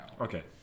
Okay